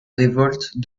révolte